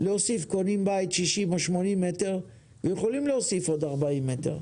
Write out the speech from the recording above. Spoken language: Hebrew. הם קונים בית של 60 80 מטר והם יכולים להוסיף עוד 40 מטר.